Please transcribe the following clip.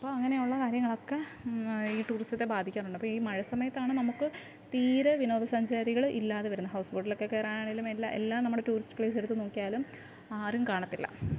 അപ്പോള് അങ്ങനെയുള്ള കാര്യങ്ങളൊക്കെ ഈ ടൂറിസത്തെ ബാധിക്കാറുണ്ട് അപ്പോള് ഈ മഴ സമയത്താണ് നമുക്ക് തീരെ വിനോദസഞ്ചാരികള് ഇല്ലാതെ വരുന്നെ ഹൗസ് ബോട്ടിലൊക്കെ കയറാനാണെലും എല്ലാ എല്ലാ നമ്മുടെ ടൂറിസ്റ്റ് പ്ലേസ് എടുത്തു നോക്കിയാലും ആരും കാണത്തില്ല